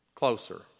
Closer